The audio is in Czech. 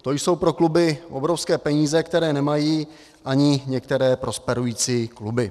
To jsou pro kluby obrovské peníze, které nemají ani některé prosperující kluby.